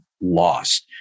lost